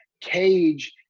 cage